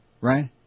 Right